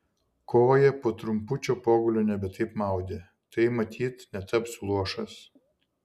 koją po trumpučio pogulio nebe taip maudė tai matyt netapsiu luošas